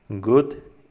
Good